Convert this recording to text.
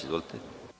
Izvolite.